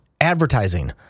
advertising